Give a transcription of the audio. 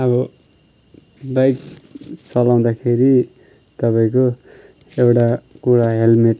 अब बाइक चलाउँदाखेरि तपाईँको एउटा कुरा हेल्मेट